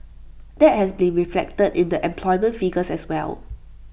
that has been reflected in the employment figures as well